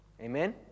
amen